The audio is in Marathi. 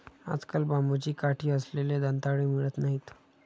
आजकाल बांबूची काठी असलेले दंताळे मिळत नाहीत